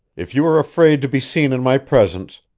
if you are afraid to be seen in my presence,